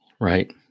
right